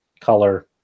color